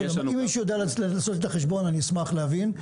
אם מישהו יודע לעשות את החשבון אני אשמח להבין,